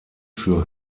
für